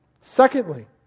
Secondly